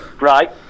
Right